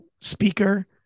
speaker